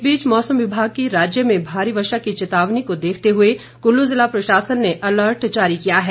इस बीच मौसम विभाग की राज्य में भारी वर्षा की चेतावनी को देखते हुए कुल्लू जिला प्रशासन ने अलर्ट जारी किया है